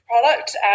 product